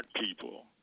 people